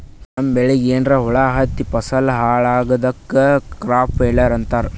ನಮ್ಮ್ ಬೆಳಿಗ್ ಏನ್ರಾ ಹುಳಾ ಹತ್ತಿ ಫಸಲ್ ಹಾಳ್ ಆಗಾದಕ್ ಕ್ರಾಪ್ ಫೇಲ್ಯೂರ್ ಅಂತಾರ್